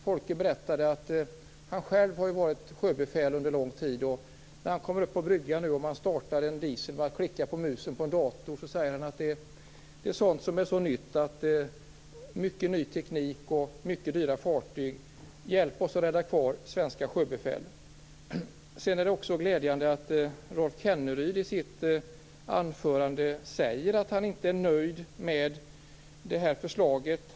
Folke, som själv har varit sjöbefäl under lång tid, berättade att när han kommer upp på bryggan startar han en dieselmotor genom att klicka med musen på en dator. Han säger: Det är mycket som är nytt - mycket ny teknik och många dyra fartyg. Hjälp oss att rädda kvar svenska sjöbefäl. Sedan är det glädjande att Rolf Kenneryd i sitt anförande säger att han inte är nöjd med förslaget.